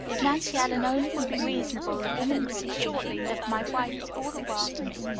if nancy ellen only would be reasonable, the woman would see shortly that my wife is all the world to me.